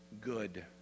good